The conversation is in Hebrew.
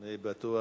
אני בטוח